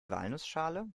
walnussschale